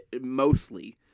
mostly